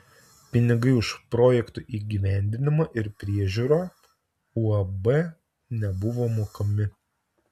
pinigai už projekto įgyvendinimą ir priežiūrą uab nebuvo mokami